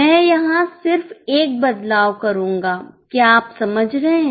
मैं यहां सिर्फ एक बदलाव करूंगा क्या आप इसे समझ रहे हैं